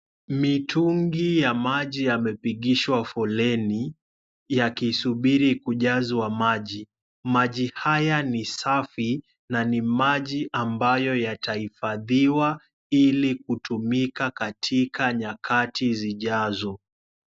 Mitungi ya maji yamepigishwa foleni yakisubiri kujazwa maji. Maji haya ni safi na ni maji ambayo yatahifadhiwa ili kutumika katika nyakati zijazo.